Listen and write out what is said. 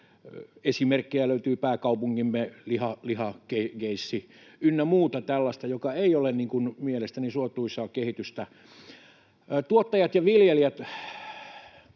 Esimerkkejä löytyy: pääkaupunkimme lihakeissi ynnä muuta tällaista, mikä ei ole mielestäni suotuisaa kehitystä. Tuottajat ja viljelijät